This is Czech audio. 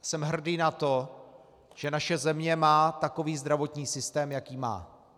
Jsem hrdý na to, že naše země má takový zdravotní systém, jaký má.